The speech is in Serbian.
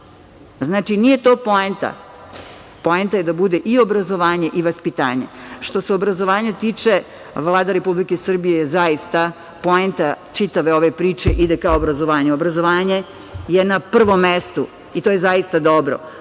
Znači, nije to poenta. Poenta je da bude i obrazovanje i vaspitanje. Što se obrazovanja tiče, Vlada Republike Srbije zaista, poneta čitave ove priče, ide ka obrazovanju. Obrazovanje je na prvom mestu, i to je zaista dobro.